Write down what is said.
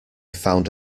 found